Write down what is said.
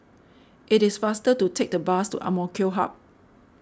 it is faster to take the bus to Hub